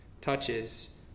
touches